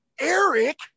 Eric